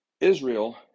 Israel